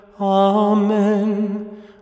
amen